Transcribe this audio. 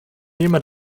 jemand